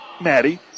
Maddie